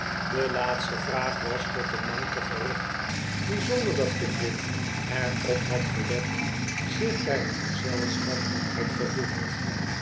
de laatste vraag was tot den manke gericht die zonder dat pickwick er op had gelet zich bij het gezelschap had gevoegd